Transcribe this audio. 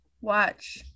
watch